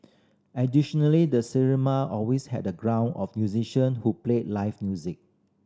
additionally the cinema always had a group of musician who played live music